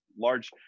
large